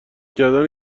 کردن